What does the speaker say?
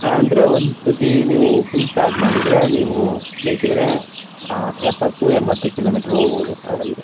ಹಾಂ ಅಂದರೆ ಒಂದು ಸರ್ತಿ ನೀವು ಫುಲ್ ಚಾರ್ಜ್ ಮಾಡಿದರೆ ನೀವು ಬೇಕಿದ್ದರೆ ಎಪ್ಪತ್ತು ಎಂಬತ್ತು ಕಿಲೋಮೀಟ್ರ್ ಹೋಗ್ಬೋದು ಅದರಲ್ಲಿ